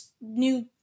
New